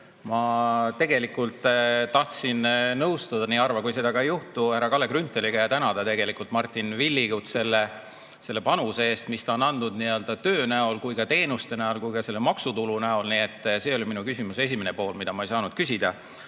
Ma tegelikult tahtsin nõustuda – nii harva kui seda ka juhtub – härra Kalle Grünthaliga ja tänada tegelikult Martin Villigut selle panuse eest, mis ta on andnud nii töö näol, teenuste näol kui ka maksutulu näol. Nii et see oli minu küsimuse esimene pool, mida ma ei saanud küsida.